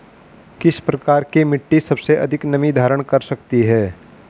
किस प्रकार की मिट्टी सबसे अधिक नमी धारण कर सकती है?